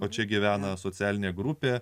o čia gyvena socialinė grupė